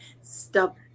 Stubborn